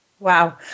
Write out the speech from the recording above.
Wow